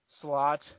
slot